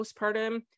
postpartum